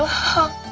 home.